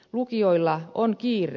lukioilla on kiire